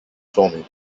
formées